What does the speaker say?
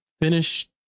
finish